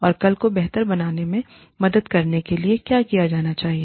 और कल को बेहतर बनने में मदद करने के लिए क्या किया जाना चाहिए